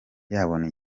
yabona